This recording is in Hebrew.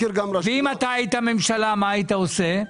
ואם אתה היית ממשלה, מה היית עושה?